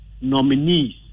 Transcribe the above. nominees